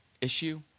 issue